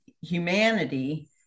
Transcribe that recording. humanity